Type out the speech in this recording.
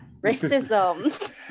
Racism